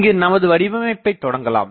இங்கு நமது வடிவமைப்பை தொடங்கலாம்